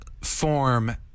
form